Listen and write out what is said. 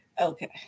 Okay